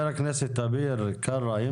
סגן השר אביר קארה,